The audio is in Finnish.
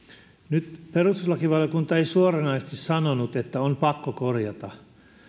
nyt perustuslakivaliokunta ei suoranaisesti sanonut että on pakko korjata